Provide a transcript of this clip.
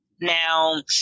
Now